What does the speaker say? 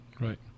Right